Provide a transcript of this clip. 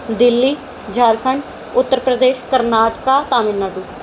Delhi Jharkhand Uttar Pradesh Karnataka Tamil Nadu